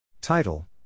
Title